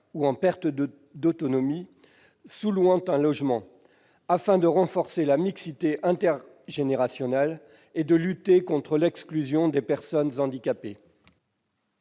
ou en perte d'autonomie sous-louant un logement, afin de renforcer la mixité intergénérationnelle et de lutter contre l'exclusion des personnes handicapées.